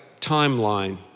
timeline